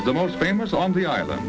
the most famous on the island